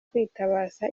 kwitabaza